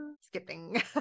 skipping